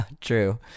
True